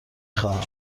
خواهم